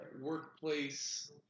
workplace